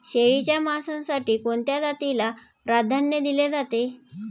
शेळीच्या मांसासाठी कोणत्या जातीला प्राधान्य दिले जाते?